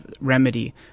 remedy